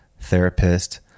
therapist